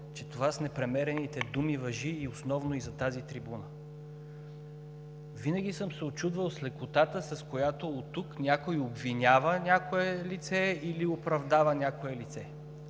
че това с непремерените думи важи основно и за тази трибуна. Винаги съм се учудвал от лекотата, с която оттук някой обвинява някое лице или оправдава някое лице.